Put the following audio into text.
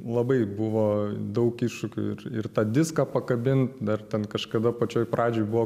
labai buvo daug iššūkių ir ir tą diską pakabint dar ten kažkada pačioj pradžioj buvo